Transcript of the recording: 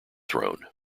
thrown